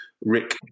Rick